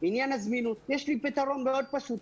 לגבי עניין הזמינות, יש לי פתרון מאוד פשוט.